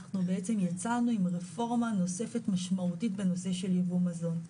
אנחנו בעצם יצאנו עם רפורמה נוספת משמעותית בנושא של ייבוא מזון.